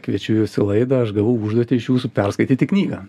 kviečiu jus į laidą aš gavau užduotį iš jūsų perskaityti knygą